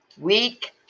Week